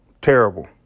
Terrible